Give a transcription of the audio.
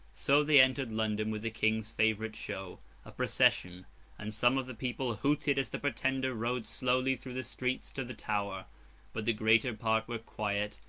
so they entered london with the king's favourite show a procession and some of the people hooted as the pretender rode slowly through the streets to the tower but the greater part were quiet,